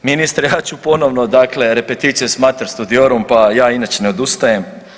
Ministre ja ću ponovno dakle repiticije smatrati studiorom, pa ja inače ne odustajem.